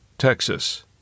Texas